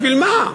בשביל מה?